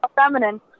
Feminine